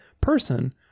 person